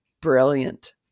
brilliant